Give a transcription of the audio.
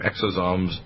exosomes